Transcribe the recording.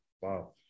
Wow